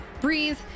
breathe